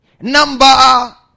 Number